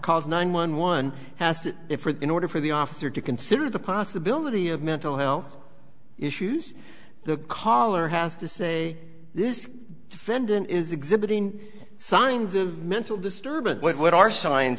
calls nine one one has to in order for the officer to consider the possibility of mental health issues the caller has to say this defendant is exhibiting signs of mental disturbance what are signs